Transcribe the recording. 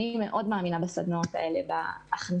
אני מאוד מאמינה בהכנסת הסדנאות האלה לתוך